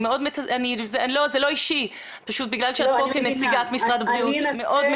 זה לא אישי אלא את כאן ולכן אני פונה אליך.